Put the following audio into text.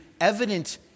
evident